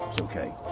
okay